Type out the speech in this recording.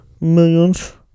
millions